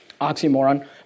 oxymoron